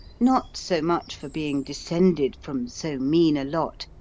not so much for being descended from so mean a lot,